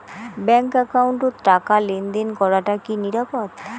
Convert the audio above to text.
Bank একাউন্টত টাকা লেনদেন করাটা কি নিরাপদ?